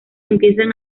empiezan